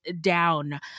down